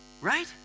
right